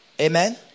Amen